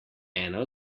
ena